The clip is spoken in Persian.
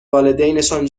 والدینشان